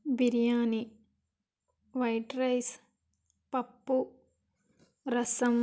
biryani white rice పప్పు రసము